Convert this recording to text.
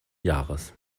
jahres